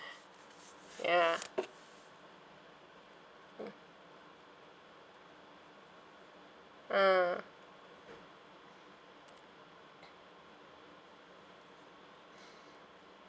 ya mm mm